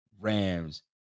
rams